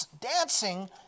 Dancing